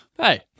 Hey